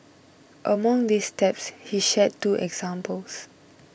among these steps he shared two examples